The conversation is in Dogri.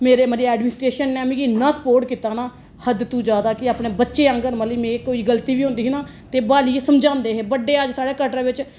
मेरे मतलब अडीमीनस्टेरशन ने मिगी इन्ना स्पोर्ट कीता ना हद तू ज्यादा कि अपने बच्चे आंह्गर मतलब में कोई गल्ती बी होंदी ही ना बाहरली ऐ समझांदे हे बडे़ अज्ज साढ़े कटरे बिच